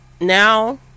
Now